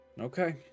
Okay